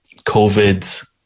COVID